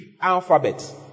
alphabet